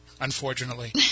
Unfortunately